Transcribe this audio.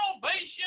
salvation